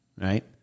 right